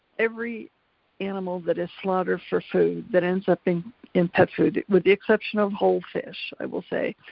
every animal that is slaughtered for food that ends up in in pet food, with the exception of whole fish i will say,